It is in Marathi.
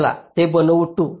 चला ते बनवू 2